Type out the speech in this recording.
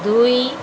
ଦୁଇ